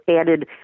added